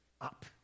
up